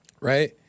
right